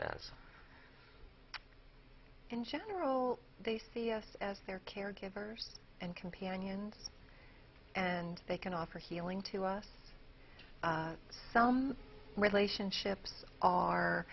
s s in general they see us as their caregivers and companions and they can offer healing to us some relationships are